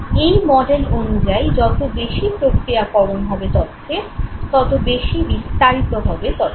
এই মডেল অনুযায়ী যত বেশি প্রক্রিয়াকরণ হবে তথ্যের তত বেশি বিস্তারিত হবে তথ্য